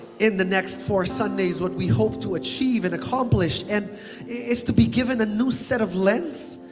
in the next four sundays, what we hope to achieve and accomplish and is to be given a new set of lengths,